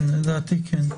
לדעתי כן.